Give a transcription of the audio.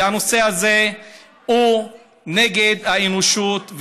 והנושא הזה הוא נגד האנושות.